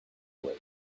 way